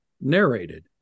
narrated